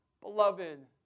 beloved